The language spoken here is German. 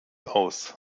aus